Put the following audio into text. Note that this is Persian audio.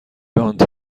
آنتی